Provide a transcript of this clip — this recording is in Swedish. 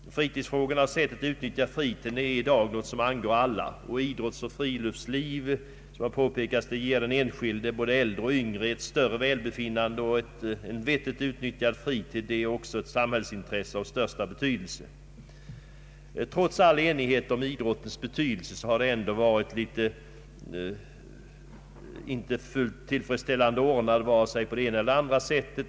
Vårt sätt att utnyttja fritiden är en sak som angår alla, och idrottsoch friluftsliv ger den enskilde, både den äldre och den yngre, ett större välbefinnande. En vettigt utnyttjad fritid är också ett samhällsintresse av största betydelse. Trots enigheten om idrottens betydelse har stödet till den inte blivit ordnat fullt tillfredsställande på vare sig ena eller andra sättet.